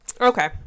Okay